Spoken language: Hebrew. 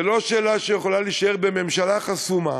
זו לא שאלה שיכולה להישאר בממשלה חסומה,